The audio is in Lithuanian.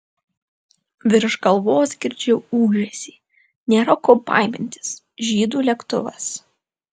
virš galvos girdžiu ūžesį nėra ko baimintis žydų lėktuvas